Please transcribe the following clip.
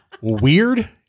weird